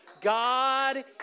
God